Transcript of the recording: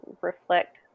reflect